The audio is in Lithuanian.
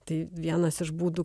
tai vienas iš būdų